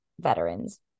veterans